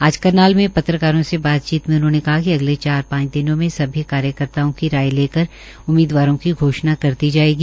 आज करनाल में पत्रकारों से बातचीत मे उन्होंने कहा कि चार पांच दिनों मे सभी कार्यकर्ताओं की राय लेकर उम्मीदवारों की घोषणा कर दी जायेगी